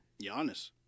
Giannis